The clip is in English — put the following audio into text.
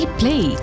play